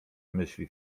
myśli